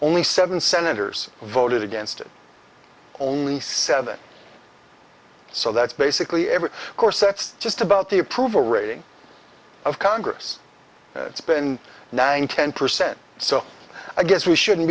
only seven senators voted against it only seven so that's basically every course that's just about the approval rating of congress it's been nine ten percent so i guess we shouldn't